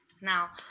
now